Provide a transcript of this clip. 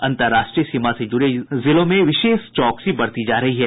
अंतर्राष्ट्रीय सीमा से जुड़े जिलों में विशेष चौकसी बरती जा रही है